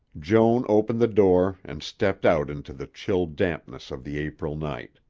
joan opened the door and stepped out into the chill dampness of the april night.